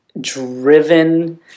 driven